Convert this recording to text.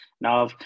Now